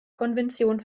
konvention